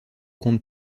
compte